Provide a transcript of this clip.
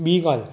ॿीं ॻाल्हि